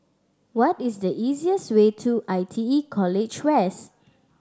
what is the easiest way to I T E College West